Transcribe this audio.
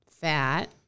fat